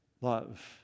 love